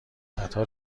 قطار